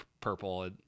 purple